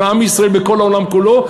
של עם ישראל בכל העולם כולו,